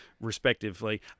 respectively